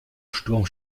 sturm